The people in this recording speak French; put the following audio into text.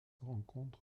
rencontre